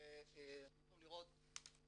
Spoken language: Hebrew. אתם יכולים לראות את